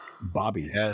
Bobby